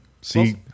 See